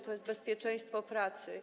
To jest bezpieczeństwo pracy.